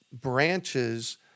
branches